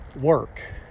work